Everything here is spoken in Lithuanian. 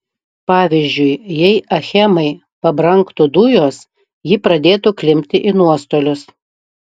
pavyzdžiui jei achemai pabrangtų dujos ji pradėtų klimpti į nuostolius